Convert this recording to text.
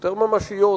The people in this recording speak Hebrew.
יותר ממשיות,